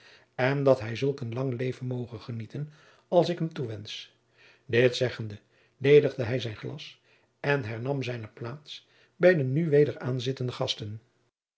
en dat hij zulk een lang leven moge genieten als ik hem toewensch dit zeggende ledigde hij zijn glas en hernam zijne plaats bij de nu weder aanzittende gasten